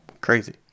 crazy